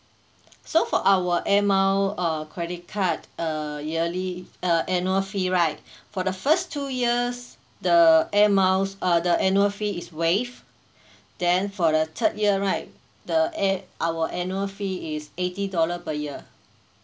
so for our air mile uh credit card uh yearly uh annual fee right for the first two years the airmiles uh the annual fee is waived then for the third year right the air our annual fee is eighty dollar per year